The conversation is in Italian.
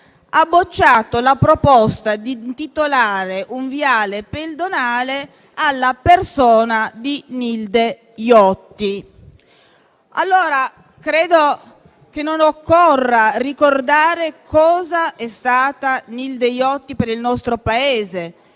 ha bocciato la proposta di intitolare un viale pedonale alla persona di Nilde Iotti. Credo che non occorra ricordare cosa è stata Nilde Iotti per il nostro Paese: